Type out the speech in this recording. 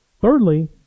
Thirdly